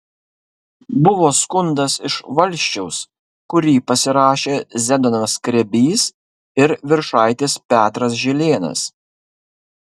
buvo skundas iš valsčiaus kurį pasirašė zenonas skrebys ir viršaitis petras žilėnas